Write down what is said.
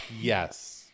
Yes